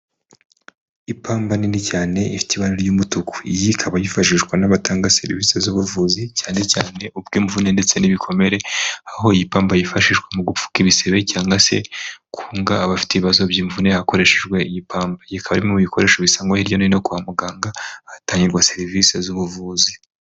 Ipamba nini cyane ifite ibara ry'umutuku, iyi ikaba yifashishwa n'abatanga serivisi z'ubuvuzi cyane cyane ubw'imvune ndetse n'ibikomere, aho iyi pamba yifashishwa mu gupfuka ibisebe cyangwa se kunga abafite ibibazo by'imvunera hakoreshejwe iyi pamba, iyi ikaba ari imwe mu bikoresho bisangwa hirya no hino kwa muganga ahatangirwa serivisi z'ubuvuzi.